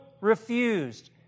refused